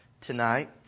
tonight